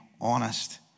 honest